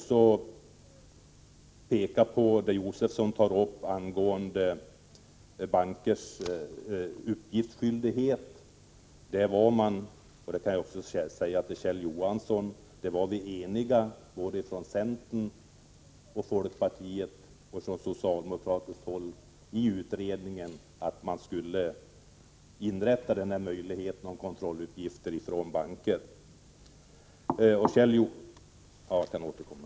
Stig Josefson tar upp bankernas uppgiftsskyldighet. I utskottet var vi från både centern och folkpartiet och socialdemokraterna eniga om att inrätta möjligheten att på kontrolluppgifter från bankerna.